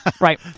Right